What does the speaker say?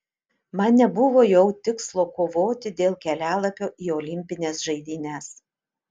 man nebuvo jau tikslo kovoti dėl kelialapio į olimpines žaidynes